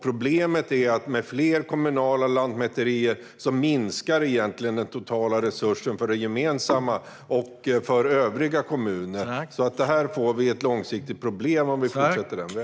Problemet är att med fler kommunala lantmäterier minskar egentligen den totala resursen för det gemensamma och för övriga kommuner. Vi får ett långsiktigt problem om vi fortsätter på den vägen.